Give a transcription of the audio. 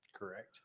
Correct